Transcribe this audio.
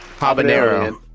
Habanero